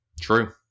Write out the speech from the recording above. True